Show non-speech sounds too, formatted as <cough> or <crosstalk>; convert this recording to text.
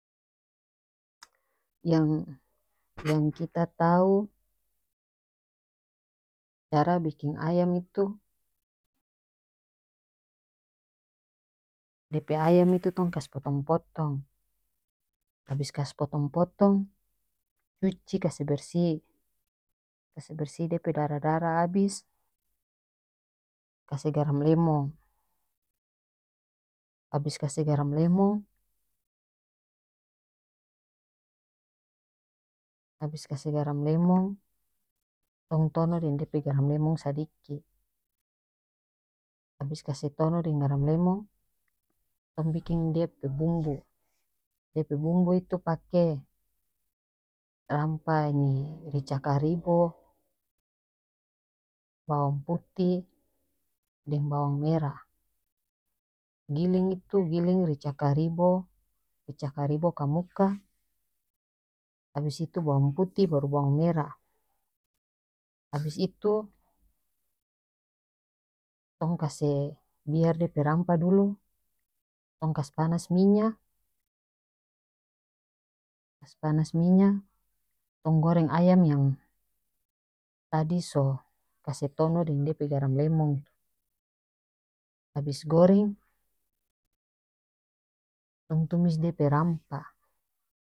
<noise> yang <noise> yang kita tau cara biking ayam itu dia pe ayam itu tong kas potong potong abis kas potong potong cuci kase bersih kase bersih dia pe darah darah abis kase garam lemong abis kase garam lemong abis kase garam lemong tong tonoh deng dia pe garam lemong sadiki abis kase tonoh deng garam lemong tong biking dia <noise> pe bumbu dia pe bumbu itu pake rampah ni rica karibo <noise> bawang putih deng bawang merah giling itu gilling rica karibo rica karibo kamuka abis itu bawang putih baru bawang merah abis itu tong kase biar dia pe rampah dulu tong kas panas minya kas panas minya tong goreng ayam yang tadi so kase tonoh deng dia pe garam lemong tu abis goreng tong tumis dia pe rampah.